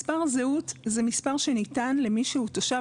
מספר זהות זה מספר שניתן למי שהוא תושב